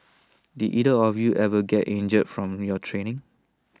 did either of you ever get injured from your training